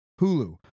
Hulu